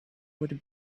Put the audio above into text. would